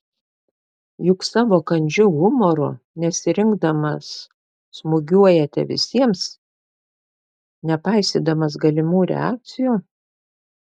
juk savo kandžiu humoru nesirinkdamas smūgiuojate visiems nepaisydamas galimų reakcijų